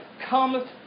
comes